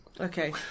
Okay